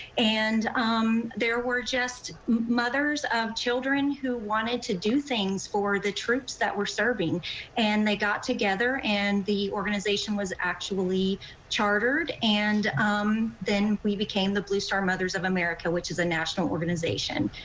and um there were just mothers of children who wanted to do things for the troops that we're serving and they got together and the organization was actually chartered and um then we became the blue star mothers of america, which is the national organization.